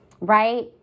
right